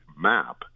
map